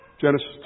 Genesis